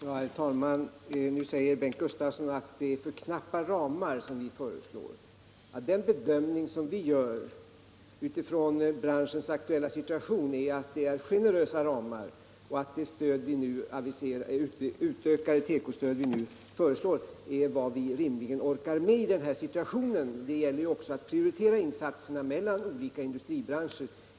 Herr talman! Bengt Gustavsson säger att det är för knappa ramar vi föreslår. Den bedömning som vi gör med utgångspunkt i branschens aktuella situation är att det är generösa ramar och att det utökade tekostöd vi nu föreslår är vad vi rimligen orkar med i den här situationen — det gäller ju också att prioritera insatserna mellan olika industribranscher.